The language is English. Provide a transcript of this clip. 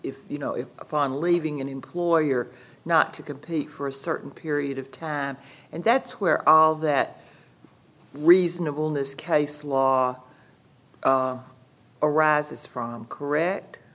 if you know if upon leaving an employer not to compete for a certain period of time and that's where all that reasonable in this case law arises from correct